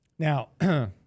Now